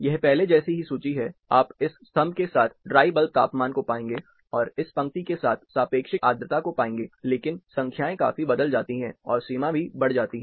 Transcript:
यह पहली जैसी ही सूची है आप इस स्तंभ के साथ ड्राई बल्ब तापमान को पाएंगे और इस पंक्ति के साथ सापेक्षिक आर्द्रता को पाएंगे लेकिन संख्याएं काफी बदल जाती है और सीमा भी बढ़ जाती है